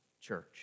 Church